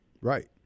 right